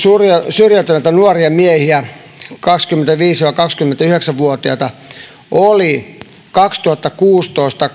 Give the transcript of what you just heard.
syrjäytyneitä nuoria miehiä kaksikymmentäviisi viiva kaksikymmentäyhdeksän vuotiaita oli kahtenakymmenenätuhantena vuonna kaksituhattakuusitoista